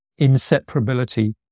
inseparability